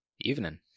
Evening